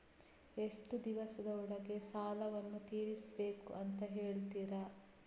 ಎಷ್ಟು ದಿವಸದ ಒಳಗೆ ಸಾಲವನ್ನು ತೀರಿಸ್ಬೇಕು ಅಂತ ಹೇಳ್ತಿರಾ?